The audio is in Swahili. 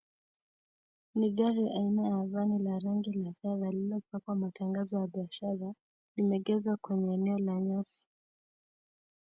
Ni gari aina ya vani la rangi la fedha ,lililopakwa matangazo ya biashara .Limeegezwa kwa eneo la nyasi .